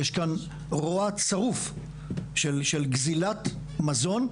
יש כאן רוע צרוף של גזילת מזון,